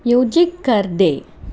music curd day